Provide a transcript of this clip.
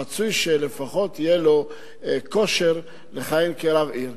רצוי שלפחות יהיה לו כושר לכהן כרב עיר.